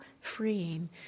freeing